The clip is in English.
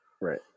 Right